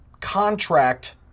contract